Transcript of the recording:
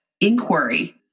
inquiry